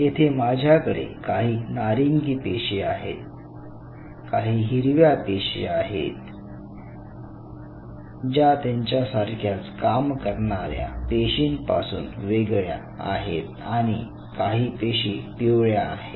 येथे माझ्याकडे काही नारिंगी पेशी आहे काही हिरव्या पेशी आहे ज्या त्यांच्या सारख्याच काम करणाऱ्या पेशींपासून वेगळे आहेत आणि काही पेशी पिवळ्या आहे